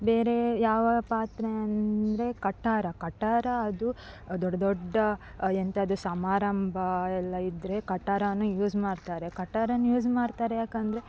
ಬೇರೆ ಯಾವ ಪಾತ್ರೆ ಅಂದರೆ ಕಟಾರ ಕಟಾರ ಅದು ದೊಡ್ಡ ದೊಡ್ಡ ಎಂಥದು ಸಮಾರಂಭ ಎಲ್ಲ ಇದ್ದರೆ ಕಟಾರವು ಯೂಸ್ ಮಾಡ್ತಾರೆ ಕಟಾರವು ಯೂಸ್ ಮಾಡ್ತಾರೆ ಯಾಕೆಂದ್ರೆ